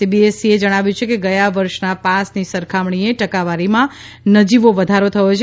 સીબીએસઇએ જણાવ્યું છે કે ગયા વર્ષ ના પાસની સરખામણીએ ટકાવારીમાં નજીવો વધારો થયો છે